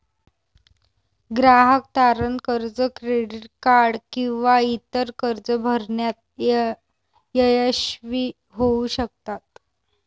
ग्राहक तारण कर्ज, क्रेडिट कार्ड किंवा इतर कर्जे भरण्यात अयशस्वी होऊ शकतात